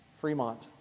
Fremont